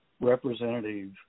representative